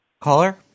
Caller